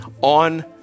on